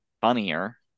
funnier